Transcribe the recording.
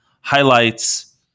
highlights